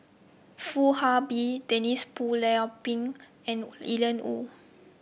Foo Ah Bee Denise Phua Lay Peng and Ian Woo